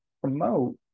promote